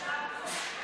חבריי חברי הכנסת,